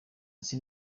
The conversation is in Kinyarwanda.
ese